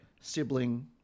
sibling